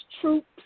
Troops